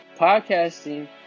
Podcasting